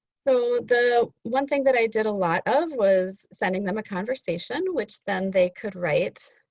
so the one thing that i did a lot of was sending them a conversation which then they could write.